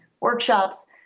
workshops